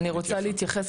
אז אני רוצה להתייחס,